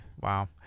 Wow